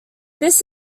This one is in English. this